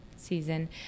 season